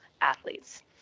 athletes